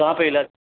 कहाँ पर इलाज